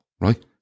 right